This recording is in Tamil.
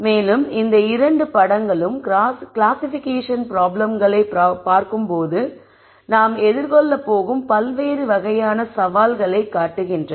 மேலும் இந்த 2 படங்களும் கிளாசிபிகேஷன் ப்ராப்ளம்களைப் பார்க்கும்போது நாம் எதிர்கொள்ளப் போகும் பல்வேறு வகையான சவால்களைக் காட்டுகின்றன